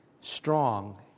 strong